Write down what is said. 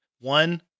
One